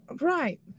Right